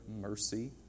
mercy